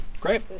Great